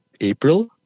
April